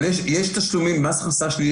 יש תשלומים, מס הכנסה שלילי.